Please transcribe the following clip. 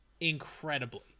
Incredibly